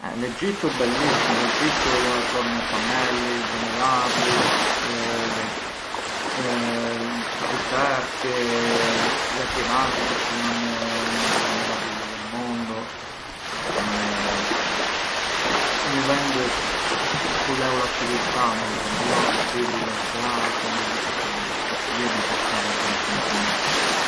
Eh l‘Egittu ë bellissimu, l’Egittu ë plot me cammelli, dromedari, ë diserti, le piramidi çë jan una delle meraviglie del mondo, një vend te ku leu la civiltà midhema jo? U Tigri, l’Eufrate, gjithë këto shurbise, i studhjarjëm te skolla kur ishëm fumijë.